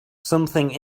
something